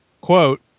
quote